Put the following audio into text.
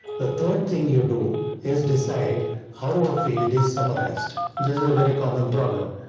the third thing you do is decide how a field is summarized. this is a very common problem.